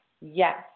Yes